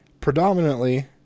predominantly